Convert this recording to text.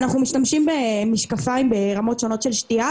אנחנו משתמשים במשקפיים ברמות שונות של שתיה,